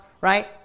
right